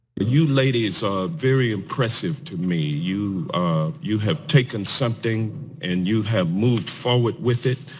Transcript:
you ladies are very impressive to me. you you have taken something and you have moved forward with it.